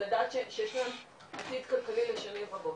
לדעת שיש להם עתיד כלכלי לשנים רבות.